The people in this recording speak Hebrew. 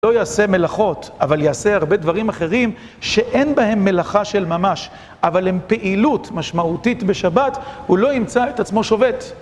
הוא לא יעשה מלאכות, אבל יעשה הרבה דברים אחרים, שאין בהם מלאכה של ממש, אבל הם פעילות משמעותית בשבת, הוא לא ימצא את עצמו שובט.